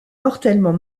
mortellement